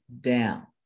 down